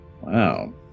Wow